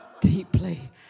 deeply